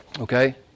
Okay